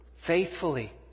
faithfully